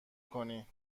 کنی